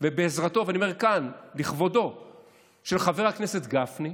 ובעזרתו של חבר הכנסת גפני,